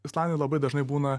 islandija labai dažnai būna